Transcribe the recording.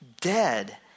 dead